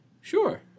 sure